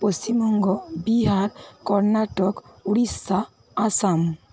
Paschimbanga Bihar Karnataka Orissa Assam